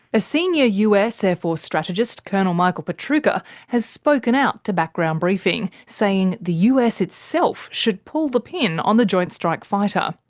a senior us air force strategist colonel michael pietrucha has spoken out to background briefing, saying the us itself should pull the pin on the joint strike fighter.